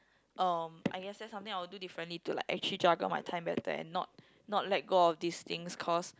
um I guess that's something I would do differently to like actually juggle my time better and not not let go of these things cause